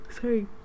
sorry